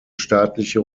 staatliche